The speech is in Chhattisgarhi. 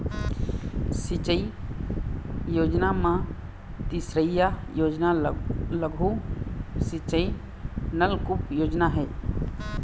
सिंचई योजना म तीसरइया योजना लघु सिंचई नलकुप योजना हे